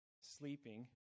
sleeping